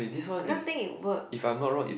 I don't think it works